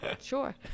Sure